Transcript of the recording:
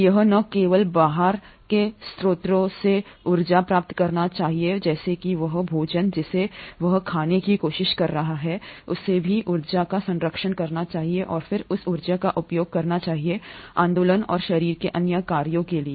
तो यह न केवल बाहर के स्रोतों से ऊर्जा प्राप्त करना चाहिए जैसे कि वह भोजन जिसे वह खाने की कोशिश कर रहा है उसे भी ऊर्जा का संरक्षण करना चाहिए और फिर उस ऊर्जा का उपयोग करना चाहिए आंदोलन और शरीर के अन्य कार्यों के लिए